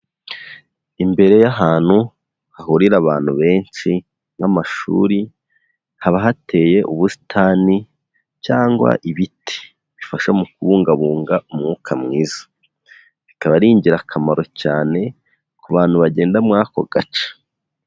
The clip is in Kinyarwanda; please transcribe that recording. Imbere y'ahantu hahurira abantu benshi n'amashuri haba hateye ubusitani cyangwa ibiti bifasha mukubungabunga umwuka mwiza bikaba ari ingirakamaro cyane ku bantu bagenda muri ako gace.